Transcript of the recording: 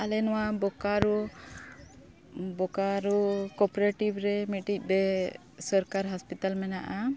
ᱟᱞᱮ ᱱᱚᱣᱟ Bokaro Bokaro cooperative ᱨᱮ ᱢᱤᱫᱴᱤᱡ ᱵᱮ ᱥᱚᱨᱠᱟᱨ ᱦᱟᱥᱯᱟᱛᱟᱞ ᱢᱮᱱᱟᱜᱼᱟ